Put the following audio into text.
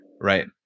right